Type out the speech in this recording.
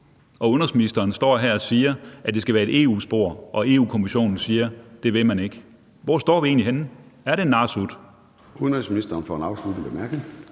og udenrigsministeren står her og siger, at det skal være et EU-spor, mens Europa-Kommissionen siger, at det vil man ikke. Hvor står vi egentlig henne? Er det en narresut? Kl. 13:11 Formanden (Søren